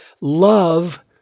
love